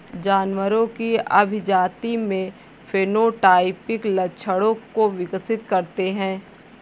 जानवरों की अभिजाती में फेनोटाइपिक लक्षणों को विकसित करते हैं